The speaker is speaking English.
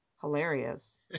hilarious